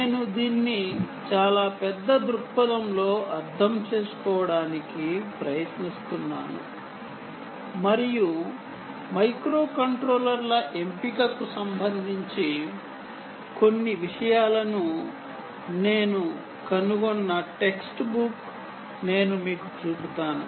నేను దీన్ని చాలా పెద్ద దృక్పథంలో అర్థం చేసుకోవడానికి ప్రయత్నిస్తున్నాను మరియు మైక్రోకంట్రోలర్ ఎంపికకు సంబంధించి కొన్ని విషయాలను నేను కనుగొన్న టెక్స్ట్ బుక్ నేను మీకు చూపుతాను